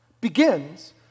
begins